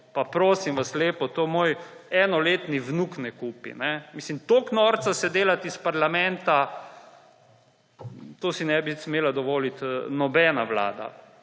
Pa prosim vas lepo, tega moj enoletni vnuk ne kupi. Mislim, toliko norca se delati iz parlamenta – tega si ne bi smela dovoliti nobena vlada.